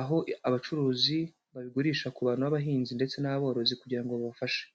aho abacuruzi babigurisha ku bantu b'abahinzi ndetse n'aborozi kugira ngo babafashe.